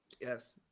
Yes